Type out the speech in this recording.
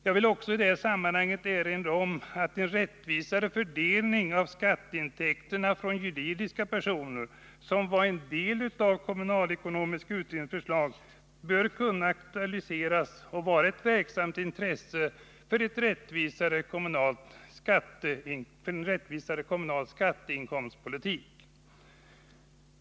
Jag vill också i sammanhanget erinra om att en rättvisare fördelning av skatteintäkterna från juridiska personer, som var en del av kommunalekonomiska utredningens förslag, bör kunna aktualiseras och medverka till en rättvisare kommunalskatteinkomstpolitik.